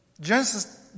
Genesis